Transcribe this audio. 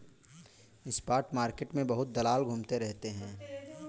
spot market में बहुत दलाल घूमते रहते हैं